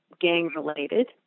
gang-related